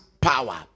power